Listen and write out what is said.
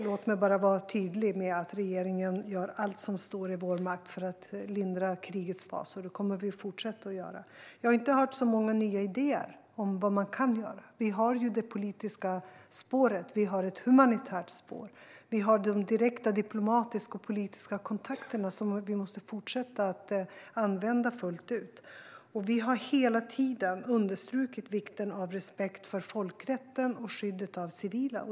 Låt mig bara vara tydlig med vi i att regeringen gör allt som står i vår makt för att lindra krigets fasor. Det kommer vi också att fortsätta att göra. Jag har inte hört särskilt många nya idéer om vad man kan göra. Vi har ju det politiska spåret. Vi har ett humanitärt spår. Vi har de direkta diplomatiska och politiska kontakterna, som vi måste fortsätta att använda fullt ut. Vi har hela tiden understrukit vikten av respekt för folkrätten och skyddet av civila.